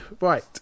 right